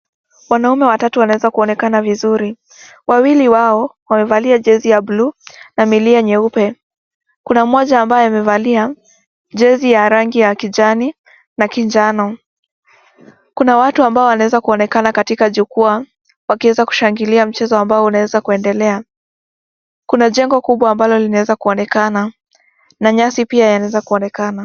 Wanaume watatu wanaeza kuonekana vizuri, wawili wao, wamevalia jezi ya buluu, na milia nyeupe, kuna mmoja ambaye amevalia, jezi ya rangi ya kijani, na kijano, kuna watu ambao wanaweza kuonekana katika jukwaa, wakieza kushangilia mchezo ambao unaeza kuendelea, kuna jengo kubwa ambalo linaweza kuonekana, na nyasi pia yanaweza kuonekana.